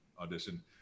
audition